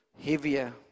heavier